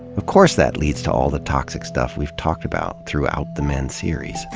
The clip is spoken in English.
of course that leads to all the toxic stuff we've talked about throughout the men series.